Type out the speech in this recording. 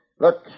Look